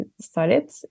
started